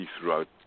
throughout